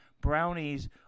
brownies